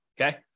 Okay